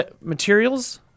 materials